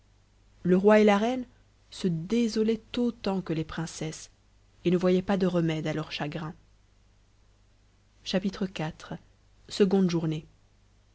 le roi et la reine se désolaient autant que les princesses et ne voyaient pas de remède à leur chagrin iv seconde journée